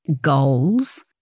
goals